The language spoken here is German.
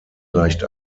leicht